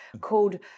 called